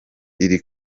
iri